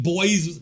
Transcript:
Boys